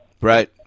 Right